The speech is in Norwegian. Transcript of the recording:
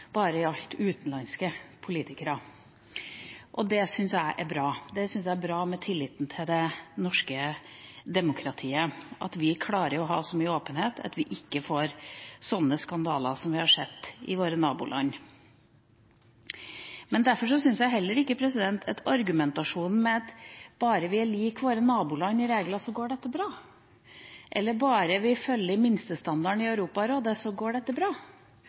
bare gjeldt utenlandske politikere, og det syns jeg er bra. Jeg syns det er bra for tilliten til det norske demokratiet at vi klarer å ha så mye åpenhet at vi ikke får sånne skandaler som vi har sett i våre naboland. Men derfor syns jeg heller ikke om argumentasjonen at bare vi er lik våre naboland i regler, går dette bra, eller bare vi følger minstestandarden i Europarådet, går dette bra.